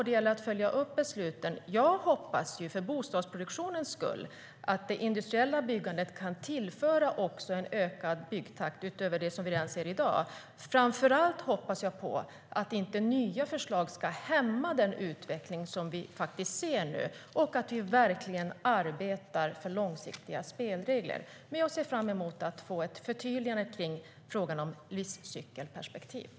Det gäller att följa upp besluten. Jag hoppas för bostadsproduktionens skull att det industriella byggandet kan tillföra en ökad byggtakt utöver det som vi redan ser i dag. Framför allt hoppas jag på att inte nya förslag ska hämma den utveckling som vi nu ser och att vi verkligen arbetar för långsiktiga spelregler. Jag ser fram emot att få ett förtydligande om frågan om livscykelperspektiv.